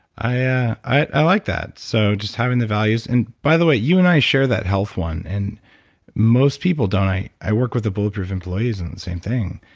i yeah i like that. that. so just having the values. and by the way, you and i share that health one. and most people don't. i i work with the bulletproof employees, and and same thing.